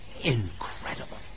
Incredible